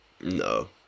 No